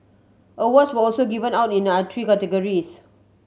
awards were also given out in other three categories